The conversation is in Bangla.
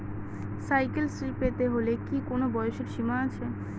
সাইকেল শ্রী পেতে হলে কি কোনো বয়সের সীমা আছে?